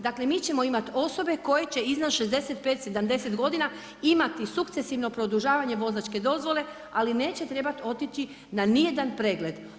Dakle, mi ćemo imati osobe koje će iznad 65, 70 godina imati sukcesivno produžavanje vozačke dozvole, ali neće trebati otići na ni jedan pregled.